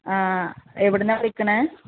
ആ എവിടെ നിന്നാണ് വിളിക്കുന്നത്